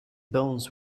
bones